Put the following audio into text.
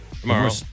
Tomorrow